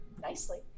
nicely